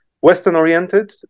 Western-oriented